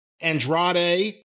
Andrade